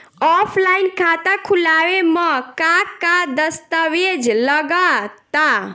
Offline खाता खुलावे म का का दस्तावेज लगा ता?